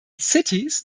cities